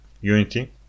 unity